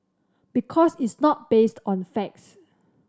because it's not based on facts